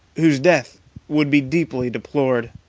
whose death would be deeply deplored.